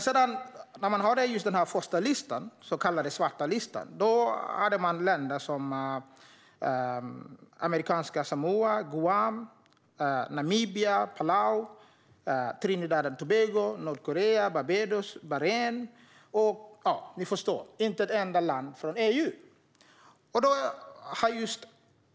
På den så kallade svarta listan har man satt länder som Amerikanska Samoa, Guam, Namibia, Palau, Trinidad och Tobago, Sydkorea, Barbados, Bahrain och så vidare. Ni förstår - inte ett enda land från EU.